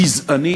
גזענית,